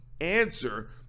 answer